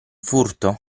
furto